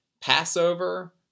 Passover